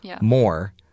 more